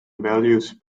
values